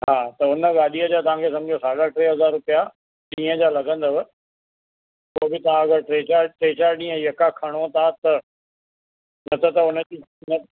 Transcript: हा त हुन गाॾीअ जा तव्हां खे समुझो साढा टे हज़ार रुपया ॾींहं जा लॻंदव उहो बि तव्हां अगरि टे चारि टे चारि ॾींहं यका खणो था त न त त त उन